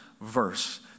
verse